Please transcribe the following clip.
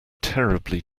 terribly